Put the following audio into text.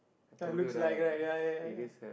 that looks like right ya ya ya ya